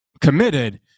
committed